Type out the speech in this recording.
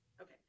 Okay